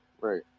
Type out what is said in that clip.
Right